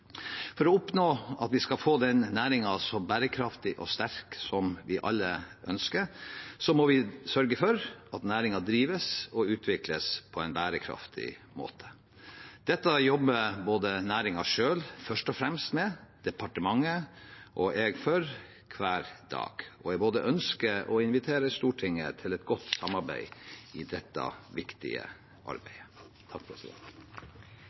For å oppnå at vi skal få denne næringen så bærekraftig og sterk som vi alle ønsker, må vi sørge for at næringen drives og utvikles på en bærekraftig måte. Dette jobber både næringen selv – først og fremst – og departementet og jeg for hver dag, og jeg ønsker å invitere Stortinget til et godt samarbeid i dette viktige